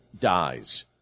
dies